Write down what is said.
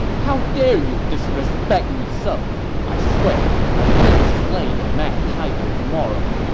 how dare you disrespect me so! i swear i will slay the mad tiger tomorrow!